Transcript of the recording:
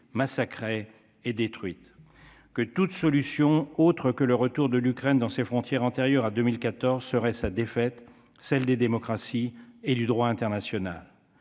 massacré et détruite que toute solution autre que le retour de l'Ukraine dans ses frontières antérieures à 2014 serait sa défaite, celle des démocraties et du droit international,